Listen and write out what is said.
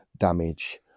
damage